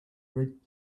red